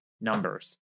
numbers